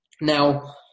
Now